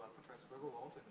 professor berger-wolf